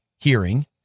hearing